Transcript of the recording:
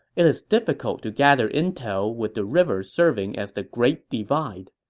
it is difficult to gather intel with the river serving as the great divide.